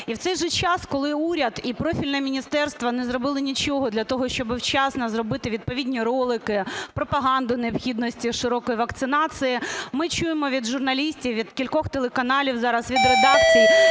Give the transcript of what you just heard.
І в цей же час, коли уряд і профільне міністерство не зробили нічого для того, щоб вчасно зробити відповідні ролики, пропаганду необхідності широкої вакцинації, ми чуємо від журналістів, від кількох телеканалів зараз, від редакцій